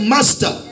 Master